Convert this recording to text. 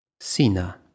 Sina